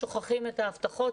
שוכחים את ההבטחות,